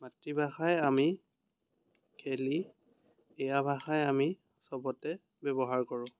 মাতৃভাষাই আমি খেলি এইয়া ভাষাই আমি চবতে ব্যৱহাৰ কৰোঁ